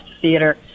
theater